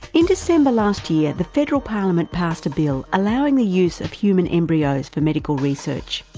in december last year, the federal parliament passed a bill allowing the use of human embryos for medical research.